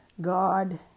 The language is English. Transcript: God